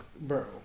bro